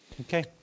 Okay